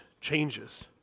changes